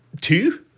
two